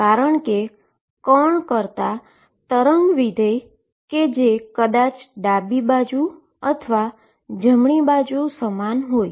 કારણ કે પાર્ટીકલ કરતા વેવ ફંક્શન કે જે કદાચ ડાબી બાજુ અથવા જમણી બાજુ સમાન હોય